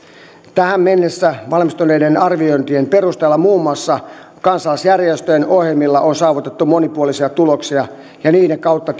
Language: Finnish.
tähän mennessä valmistuneiden arviointien perusteella muun muassa kansalaisjärjestöjen ohjelmilla on saavutettu monipuolisia tuloksia ja niiden kautta